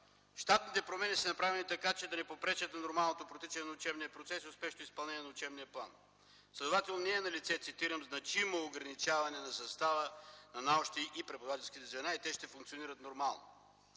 Щатните промени са направени така, че да не попречат на нормалното протичане на учебния процес и успешното изпълнение на учебния план. Следователно не е налице, цитирам: „значимо ограничаване на състава на научните и преподавателски звена и те ще функционират нормално.”